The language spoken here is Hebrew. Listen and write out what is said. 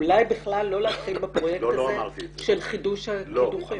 אולי בכלל לא להתחיל בפרויקט הזה של חידוש הקידוחים.